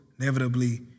inevitably